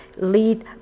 lead